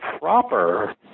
proper